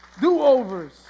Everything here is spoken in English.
Do-overs